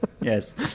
Yes